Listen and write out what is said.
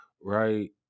right